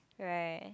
right